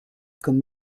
comme